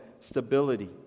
stability